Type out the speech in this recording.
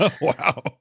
Wow